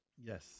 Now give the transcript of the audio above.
Yes